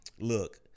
look